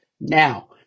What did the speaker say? now